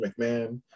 McMahon